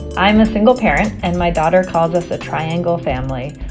i'm a single parent, and my daughter calls us a triangle family.